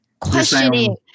Questioning